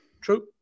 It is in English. true